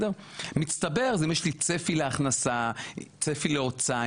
מצטבר זה יש לי צפי להכנסה או צפי להוצאה,